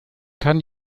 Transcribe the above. kann